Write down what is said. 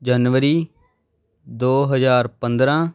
ਜਨਵਰੀ ਦੋ ਹਜ਼ਾਰ ਪੰਦਰਾਂ